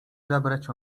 żebrać